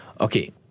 Okay